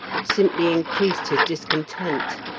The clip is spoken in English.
it simply increased his discontent.